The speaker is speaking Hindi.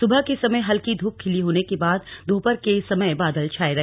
सुबह के समय हल्की धूप खिली होने के बाद दोपहर के समय बादल छाए रहे